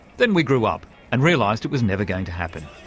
then we grew up and realised it was never going to happen.